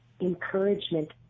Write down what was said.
Encouragement